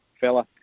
fella